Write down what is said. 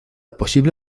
posible